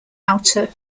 outer